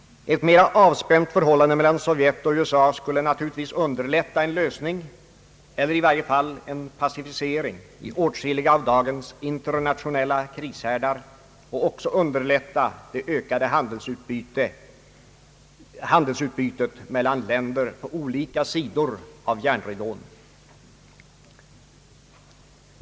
Ett mera avspänt förhållande mellan Sovjet och USA skulle naturligtvis underlätta en lösning eller i varje fall en pacificering i åtskilliga av dagens internationella krishärdar och också underlätta det ökade handelsutbytet mellan länder på olika sidor av järnridån.